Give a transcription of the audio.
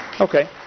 Okay